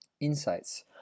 insights